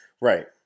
Right